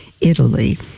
Italy